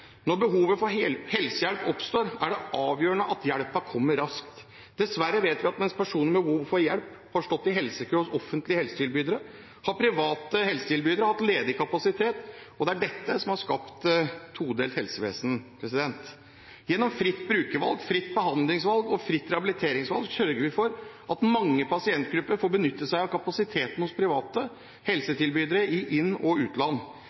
Når behovet for helsehjelp oppstår, er det avgjørende at hjelpen kommer raskt. Dessverre vet vi at mens personer med behov for hjelp har stått i helsekø hos offentlige helsetilbydere, har private helsetilbydere hatt ledig kapasitet, og det er dette som har skapt et todelt helsevesen. Gjennom fritt brukervalg, fritt behandlingsvalg og fritt rehabiliteringsvalg sørger vi for at mange pasientgrupper får benytte seg av kapasiteten hos private helsetilbydere i inn- og utland.